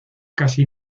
casi